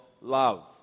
love